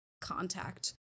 contact